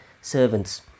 servants